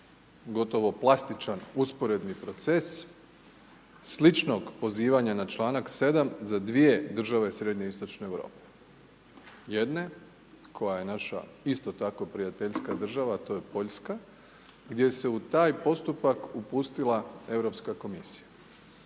gotovo plastičan, usporedni proces, sličnog pozivanja na članak 7. za dvije države srednjeistočne Europe. Jedne koja je naša isto taka prijateljska država a to je Poljska, gdje se u taj postupak upustila Europska komisija.